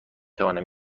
توانم